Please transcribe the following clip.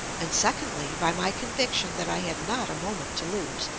and secondly, by my conviction that i had not a moment to lose,